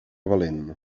valent